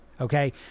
okay